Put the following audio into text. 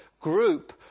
group